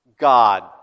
God